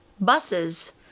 buses